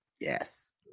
Yes